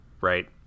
right